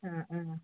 ആ ആ